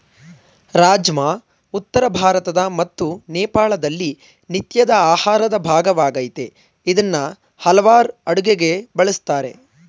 ರಾಜ್ಮಾ ಉತ್ತರ ಭಾರತ ಮತ್ತು ನೇಪಾಳದಲ್ಲಿ ನಿತ್ಯದ ಆಹಾರದ ಭಾಗವಾಗಯ್ತೆ ಇದ್ನ ಹಲವಾರ್ ಅಡುಗೆಗೆ ಬಳುಸ್ತಾರೆ